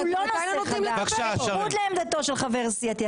אני לא חייב לאפשר לכל חברי הכנסת לדבר.